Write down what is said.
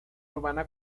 urbana